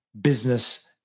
business